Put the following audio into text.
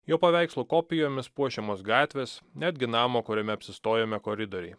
jo paveikslų kopijomis puošiamos gatvės netgi namo kuriame apsistojome koridoriai